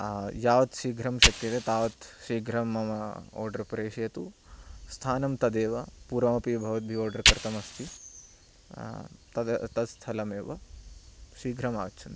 यावत् शीघ्रं शक्यते तावत् शीघ्रं मम आर्डर् प्रेषयतु स्थानं तदेव पूर्वमपि भवद्भिः आर्डर् कृतम् अस्ति तद तत् स्थलमेव शीघ्रम् आगच्छन्तु